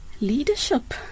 leadership